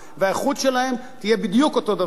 והאיכות שלהם תהיה בדיוק אותו דבר.